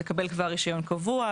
לקבל כבר רישיון קבוע,